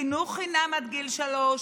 חינוך חינם עד גיל שלוש,